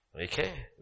Okay